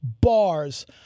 Bars